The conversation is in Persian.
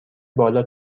بالا